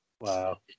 Wow